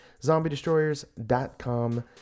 Zombiedestroyers.com